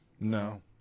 No